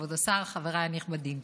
כבוד השר, חבריי הנכבדים,